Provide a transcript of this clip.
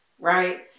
Right